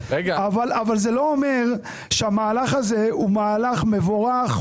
אבל זה לא אומר שהמהלך הזה הוא מהלך מבורך,